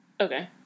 Okay